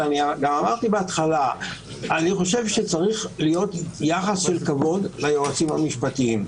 אמרתי גם בהתחלה שאני חושב שצריך להיות יחס של כבוד ליועצים המשפטיים,